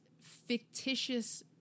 fictitious